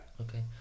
Okay